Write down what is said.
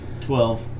twelve